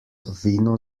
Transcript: vino